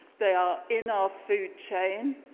they are in our food chain,